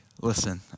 listen